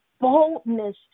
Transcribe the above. Boldness